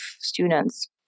students